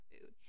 food